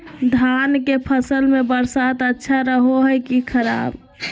धान के फसल में बरसात अच्छा रहो है कि खराब?